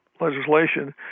legislation